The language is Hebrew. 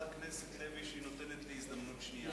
הכנסת לוי על שהיא נותנת לי הזדמנות שנייה.